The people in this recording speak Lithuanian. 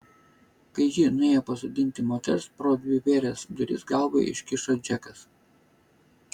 kai ji nuėjo pasodinti moters pro dvivėres duris galvą iškišo džekas